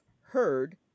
heard